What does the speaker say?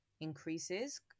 increases